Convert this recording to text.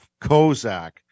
Kozak